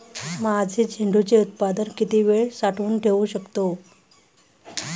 माझे झेंडूचे उत्पादन किती वेळ साठवून ठेवू शकतो?